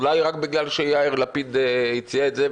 אולי רק בגלל שיאיר לפיד הציע את זה,